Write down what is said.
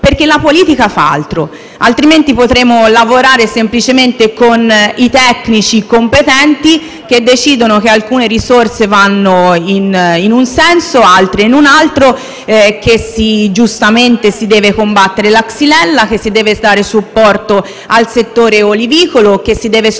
perché la politica fa altro. In caso contrario, potremmo lavorare semplicemente con i tecnici competenti che decidono che alcune risorse debbano andare in un senso e altre in un altro; che giustamente si deve combattere la xylella; si deve dare supporto al settore olivicolo e sostenere